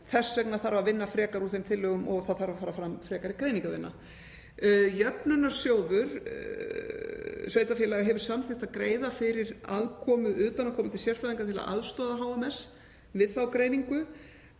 Þess vegna þarf að vinna frekar úr þeim tillögum og það þarf að fara fram frekari greiningarvinna. Jöfnunarsjóður sveitarfélaga hefur samþykkt að greiða fyrir aðkomu utanaðkomandi sérfræðinga til að aðstoða HMS við þá greiningu